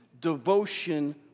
devotion